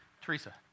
Teresa